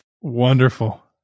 Wonderful